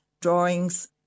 drawings